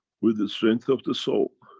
with the strength of the soul,